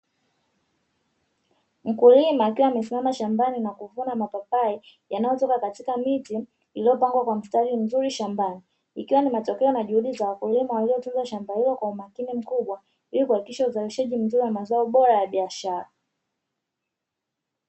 Mkulima akiwa amesimama shambani na kuvuna mapapai yanayotoka katika miti iliyopangwa kwa mstari mzuri shambani, ikiwa ni matokeo na juhudi za wakulima waliotunza shamba hilo kwa umakini mkubwa ili kuhakikisha uzalishaji mzuri wa mazao bora ya biashara.